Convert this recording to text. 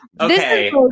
okay